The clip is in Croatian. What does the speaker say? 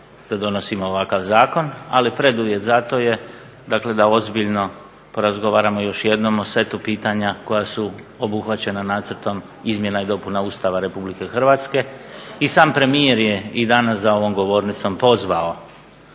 da donosimo ovakav zakon, ali preduvjet za to je dakle da ozbiljno porazgovaramo još jednom o setu pitanja koja su obuhvaćena nacrtom izmjena i dopuna Ustava RH. I sam premijer je i danas za ovom govornicom pozvao